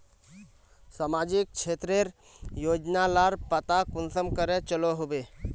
सामाजिक क्षेत्र रेर योजना लार पता कुंसम करे चलो होबे?